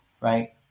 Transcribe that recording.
right